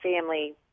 family